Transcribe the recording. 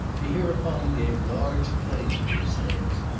he hereupon gave large play to these things,